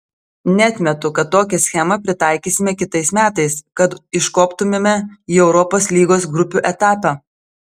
neatmetu kad tokią schemą pritaikysime kitais metais kad iškoptumėme į europos lygos grupių etapą